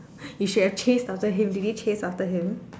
you should chase after him did they chase after him